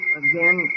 again